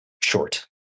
short